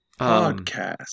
Podcast